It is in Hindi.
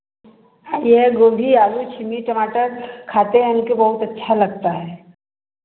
हम यह है गोभी आलू छेमी टमाटर खाते हैं हमके बहुत अच्छा लगता है